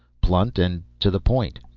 blunt and to the point.